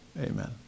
Amen